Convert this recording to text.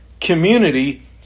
community